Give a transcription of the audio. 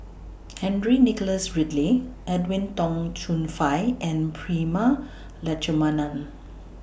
Henry Nicholas Ridley Edwin Tong Chun Fai and Prema Letchumanan